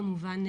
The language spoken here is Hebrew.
כמובן,